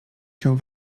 się